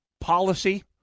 policy